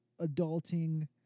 adulting